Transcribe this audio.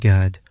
God